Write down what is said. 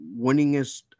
winningest